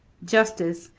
justice,